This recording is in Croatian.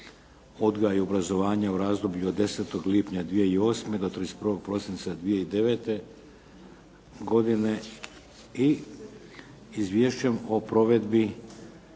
odgoja i obrazovanja u razdoblju od 10. lipnja 2008. do 31. prosinca 2009. godine." Molim uključimo